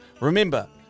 remember